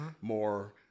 more